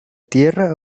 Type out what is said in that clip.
tierra